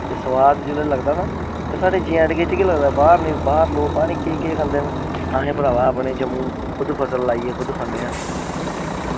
एह् सोआद जेल्लै लगदा ना एह् साढ़े जेएंडके च गै लगदा बाहर बाहर लोग पता निं केह् केह् खंदे न असें भ्रावा जम्मू खुद फसल लाइयै खुद खन्ने आं